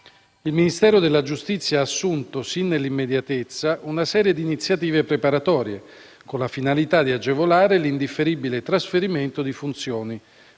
Il Ministero della giustizia ha assunto, sin nell'immediatezza, una serie di iniziative preparatorie, con la finalità di agevolare l'indifferibile trasferimento di funzioni,